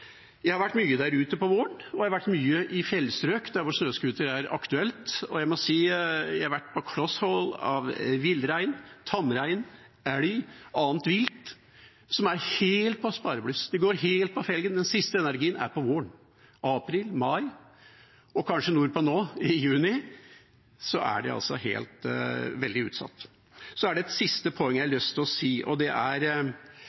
Jeg har vært mye der ute om våren, og jeg har vært mye i fjellstrøk der snøscooter er aktuelt, og jeg har vært på kloss hold av villrein, tamrein, elg og annet vilt som er helt på sparebluss. De er helt på felgen. Den siste energien er på våren – i april, mai og kanskje i juni nordpå er de veldig utsatt. Det siste poenget jeg har